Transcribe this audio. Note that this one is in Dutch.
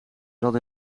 zat